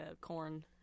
corn